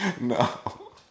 No